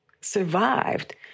survived